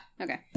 okay